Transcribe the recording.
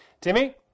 timmy